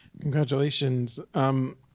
congratulations